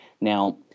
now